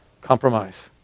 Compromise